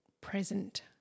present